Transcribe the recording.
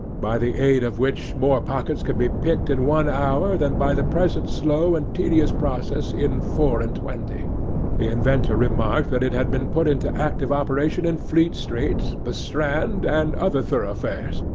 by the aid of which more pockets could be picked in one hour than by the present slow and tedious process in four-and-twenty. the inventor remarked that it had been put into active operation in fleet street, the strand, and other thoroughfares,